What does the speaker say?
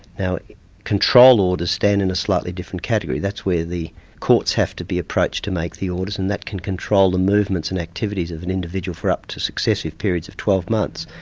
now control orders stand in a slightly different category that's where the courts have to be approached to make the orders and that can control the movements and activities of an individual for up to successive periods of twelve months.